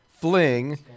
Fling